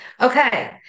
Okay